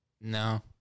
No